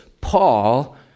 Paul